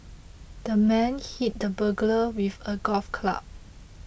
the man hit the burglar with a golf club